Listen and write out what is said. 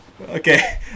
Okay